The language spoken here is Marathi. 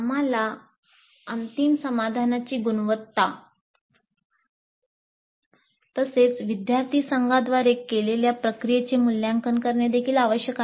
आम्हाला अंतिम समाधानाची गुणवत्ता तसेच विद्यार्थी संघांद्वारे केलेल्या प्रक्रियेचे मूल्यांकन करणे देखील आवश्यक आहे